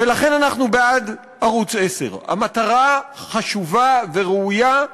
ולכן אנחנו בעד ערוץ 10. המטרה חשובה וראויה,